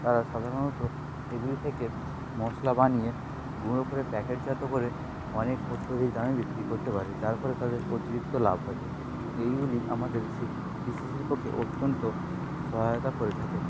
তারা সাধারণত এইগুলি থেকে মশলা বানিয়ে গুঁড়ো করে প্যাকেটজাত করে অনেক অত্যধিক দামে বিক্রি করতে পারে যার ফলে তাদের অতিরিক্ত লাভ হয় এইগুলি আমাদের শিল্প কৃষিশিল্পকে অত্যন্ত সহায়তা করে থাকে